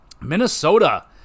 Minnesota